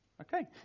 Okay